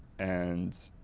and,